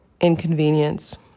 inconvenience